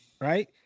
Right